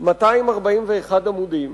241 עמודים,